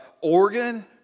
Oregon